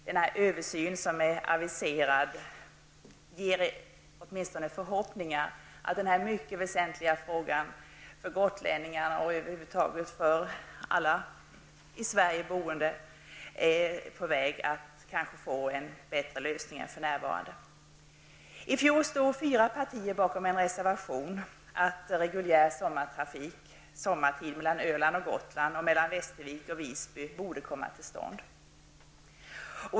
Den översyn som är aviserad inger åtminstone förhoppningar att den här för gotlänningarna och för alla i Sverige över huvud taget mycket väsentliga frågan kanske är på väg att få en bättre lösning än för närvarande.